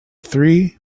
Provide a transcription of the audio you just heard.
three